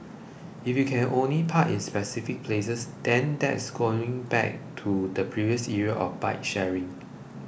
if you can only park in specific places then that's going back to the previous era of bike sharing